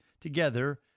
Together